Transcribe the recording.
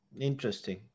Interesting